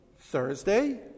Thursday